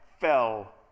fell